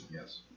yes